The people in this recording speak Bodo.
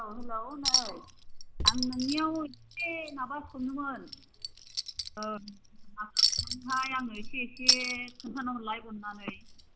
औ हेल' नै आं नोंनिआव एसे माबा सोंनोमोन आसार बानायगौमोनहाय आंनो एसे एसे खोन्थाना हरलाय अननानै